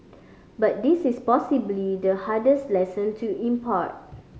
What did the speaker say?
but this is possibly the hardest lesson to impart